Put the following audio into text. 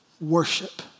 worship